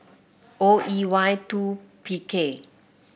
O E Y two P K